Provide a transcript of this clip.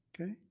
Okay